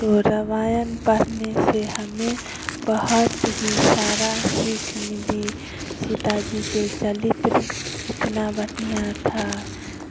तो रामायण पढ़ने से हमें बहुत ही सारा सीख मिली सीता जी के चरित्र कितना बढ़िया था